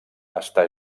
està